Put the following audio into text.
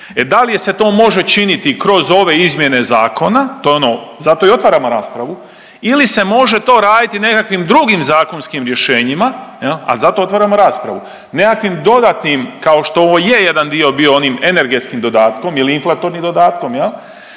E, da li je se to može činiti kroz ove izmjene zakona, to je ono, zato i otvaramo raspravu ili se može to raditi nekakvim drugim zakonskim rješenjima, ali zato otvaramo raspravu. Nekakvim dodatnim, kao što je ovo je jedan dio bio onim energetskim dodatkom ili inflatornim dodatkom, je